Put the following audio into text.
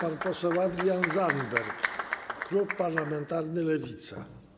Pan poseł Adrian Zandberg, klub parlamentarny Lewica.